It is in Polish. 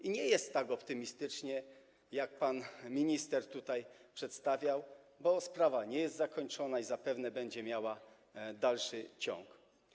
I nie jest tak optymistycznie, jak pan minister tutaj przedstawiał, bo sprawa nie jest zakończona i zapewne będzie miała dalszy ciąg.